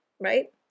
right